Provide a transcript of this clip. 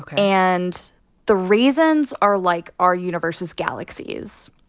and the raisins are like our universe's galaxies.